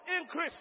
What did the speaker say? increase